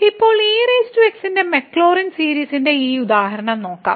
ഇപ്പോൾ ex ന്റെ Maclaurin സീരീസിന്റെ ഈ ഉദാഹരണം നോക്കാം